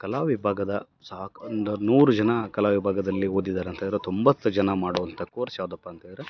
ಕಲಾ ವಿಭಾಗದ ಸಾಕು ಒಂದು ನೂರು ಜನ ಕಲಾ ವಿಭಾಗದಲ್ಲಿ ಓದಿದ್ದಾರೆ ಅಂತೇಳ್ದ್ರೆ ತೊಂಬತ್ತು ಜನ ಮಾಡೋ ಅಂತ ಕೋರ್ಸ್ ಯಾವ್ದಪ್ಪ ಅಂತೇಳಿದರೆ